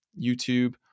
YouTube